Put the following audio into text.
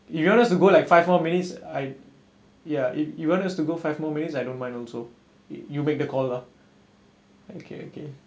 if you want us to go like five more minutes I ya if you want us to go five more minutes I don't mind also you make the call lah okay okay